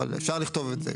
אבל אפשר לכתוב את זה,